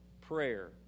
prayer